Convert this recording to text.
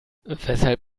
weshalb